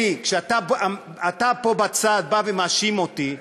אלי, כשאתה פה בצד בא ומאשים אותי,